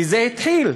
מזה התחיל.